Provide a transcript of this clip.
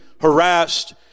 harassed